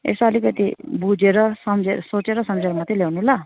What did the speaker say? यसो अलिकति बुझेर सम्झे सोचेर सम्झेर मात्रै ल्याउनु ल